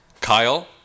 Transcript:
Kyle